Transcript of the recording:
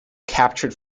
captured